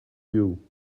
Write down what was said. you